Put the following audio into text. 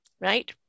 Right